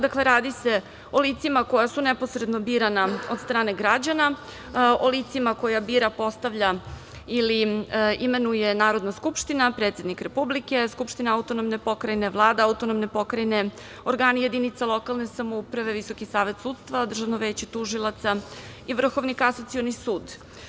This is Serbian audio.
Dakle, radi se o licima koja su neposredno birana od strane građana, o licima koja bira, postavlja ili imenuje Narodna Skupština, predsednik Republike, Skupština autonomne pokrajine, Vlada autonomne pokrajine, organi jedinica lokalne samouprave, Visoki Savet sudstva, Državno veće tužilaca i Vrhovni kasacioni sud.